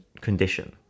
condition